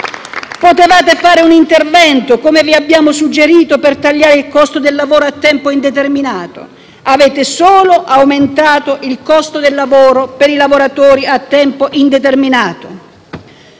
Potevate fare un intervento, così come vi abbiamo suggerito, per tagliare il costo del lavoro a tempo indeterminato, mentre avete solo aumentato il costo del lavoro per i lavoratori a tempo indeterminato.